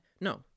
no